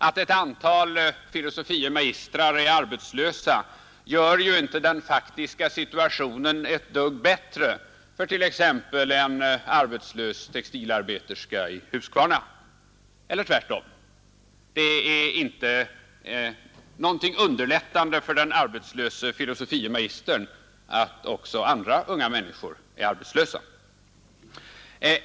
Att ett antal filosofie magistrar är arbetslösa gör ju inte den faktiska situationen ett dugg bättre för t.ex. en arbetslös textilarbeterska i Huskvarna — eller tvärtom. Det verkar inte underlättande för den arbetslöse filosofie magistern att också andra unga människor är arbetslösa.